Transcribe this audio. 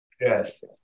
yes